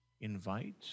Invite